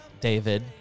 David